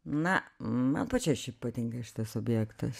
na man pačiai šiaip patinka šitas objektas